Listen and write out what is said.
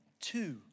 two